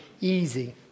easy